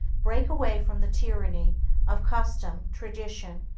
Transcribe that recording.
break away from the tyranny of custom, tradition,